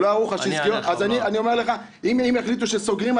אז אני אומר לך: אם יחליטו שסוגרים,